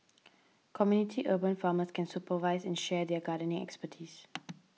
community urban farmers can supervise and share their gardening expertise